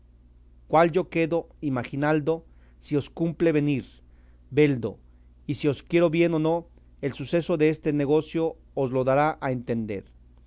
cual yo quedo imaginaldo si os cumple venir veldo y si os quiero bien o no el suceso deste negocio os lo dará a entender